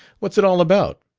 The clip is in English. what's it all about?